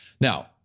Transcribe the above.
Now